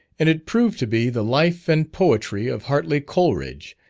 and it proved to be the life and poetry of hartly coleridge,